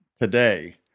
today